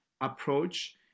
approach